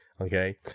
Okay